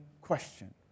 question